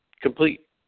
complete